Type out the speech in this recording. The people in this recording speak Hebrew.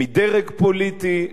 מדרג פוליטי,